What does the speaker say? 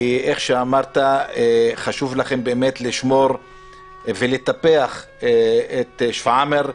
כי איך שאמרת, חשוב לכם לשמור ולטפח את שפרעם,